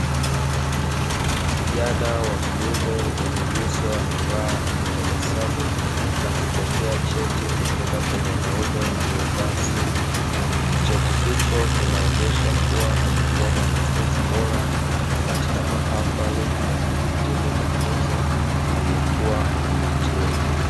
Kijana wa kiume mwenye nyuso ya furaha akitabasamu na kupokea cheti kutoka kwa mwanaume aliyevaa suti. Cheti hicho kinaonyesha kuwa amekuwa mwanafunzi bora katika mahafali ya kuhitimu mafunzo aliyokuwa anapatiwa.